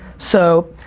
so,